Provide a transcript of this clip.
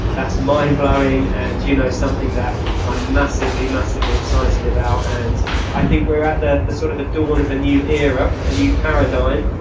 that's mind blowing and you know something that i'm massively, massively excited about. and i think we're at the the sort of dawn of a new era, a new paradigm,